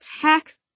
tech